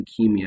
leukemia